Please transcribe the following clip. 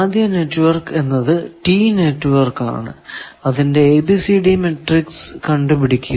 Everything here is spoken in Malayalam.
ആദ്യ നെറ്റ്വർക്ക് എന്നത് ടീ നെറ്റ്വർക്ക് ആണ് അതിന്റെ ABCD മാട്രിക്സ് കണ്ടുപിടിക്കുക